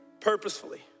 purposefully